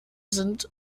sind